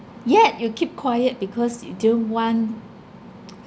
yet you keep quiet because you don't want